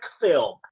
film